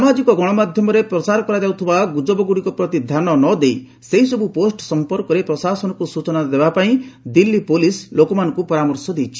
ସାମାଜିକ ଗଶମାଧ୍ୟମରେ ପ୍ରସାର କରାଯାଉଥିବା ଗୁଜବଗୁଡ଼ିକ ପ୍ରତି ଧ୍ୟାନ ନ ଦେଇ ସେହିସବୁ ପୋଷ୍ଟ ସମ୍ପର୍କରେ ପ୍ରଶାସନକୁ ସୂଚନା ଦେବା ପାଇଁ ଦିଲ୍ଲୀ ପୋଲିସ ଲୋକମାନଙ୍କୁ ପରାମର୍ଶ ଦେଇଛି